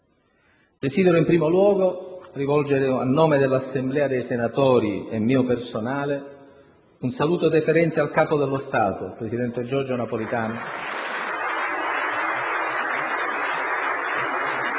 Desidero in primo luogo rivolgere, a nome dell'Assemblea dei senatori e mio personale, un saluto deferente al Capo dello Stato, presidente Giorgio Napolitano